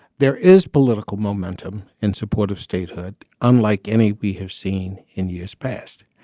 there is political momentum in support of statehood unlike any we have seen in years past.